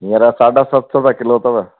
हीअंर साढा सत सौ रुपिया किलो अथव